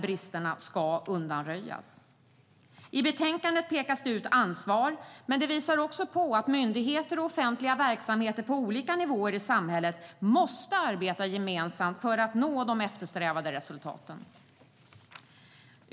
Bristerna ska undanröjas. Betänkandet pekar på ansvaret men visar också på att myndigheter och offentliga verksamheter på olika nivåer i samhället måste arbeta gemensamt för att nå de eftersträvade resultaten.